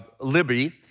Libby